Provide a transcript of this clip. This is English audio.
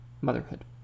Motherhood